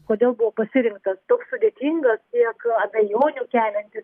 kodėl buvo pasirinktas toks sudėtingas tiek abejonių keliantis